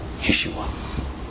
Yeshua